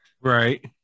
Right